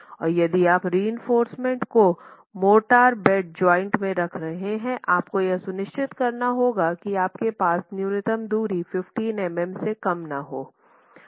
और यदि आप रिइंफोर्समेन्ट को मोर्टार बेड जॉइंट में रख रहे हैं आपको यह सुनिश्चित करना होगा कि आपके पास न्यूनतम दूरी 15mm से कम न हो